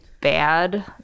bad